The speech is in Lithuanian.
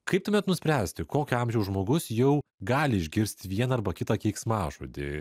kaip tuomet nuspręsti kokio amžiaus žmogus jau gali išgirsti vieną arba kitą keiksmažodį